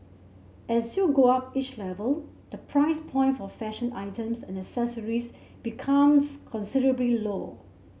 as you go up each level the price point for fashion items and accessories becomes considerably low